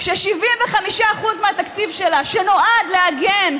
כ-75% מהתקציב שלה נועד להגן,